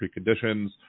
preconditions